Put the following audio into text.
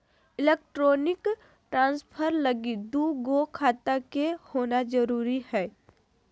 electronic transfer लगी दू गो खाता के होना जरूरी हय